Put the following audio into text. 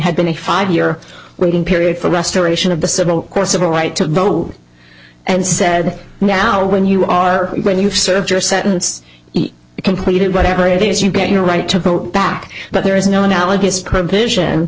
had been a five year waiting period for restoration of the civil course of a right to vote and said now when you are when you've served your sentence completed whatever it is you get your right to go back but there is no analogous p